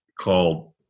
called